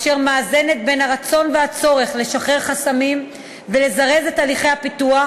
אשר מאזנת את הרצון והצורך לשחרר חסמים ולזרז את הליכי הפיתוח